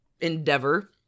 endeavor